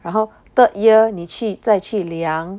然后 third year 你去再去量